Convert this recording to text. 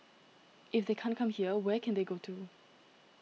if they can't come here where can they go to